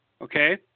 Okay